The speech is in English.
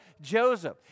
Joseph